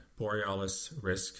borealisrisk